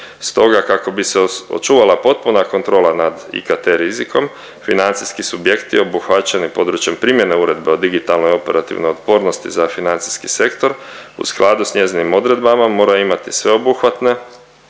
Stoga kako bi se očuvala potpuna kontrola nad IKT rizikom financijski subjekti obuhvaćeni područjem primjene Uredbe o digitalnoj operativnoj otpornosti za financijski sektor u skladu s njezinim odredbama moraju imati sveobuhvatne